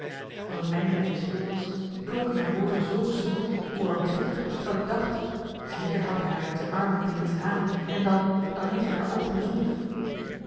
als t eindelijk weer stil was klonken haar woorden z gesmoord hoewel heftig dat ik dacht zeker houdt hij haar in zijn armen tegen zich aan en dan dan heeft hij haar ook gezoend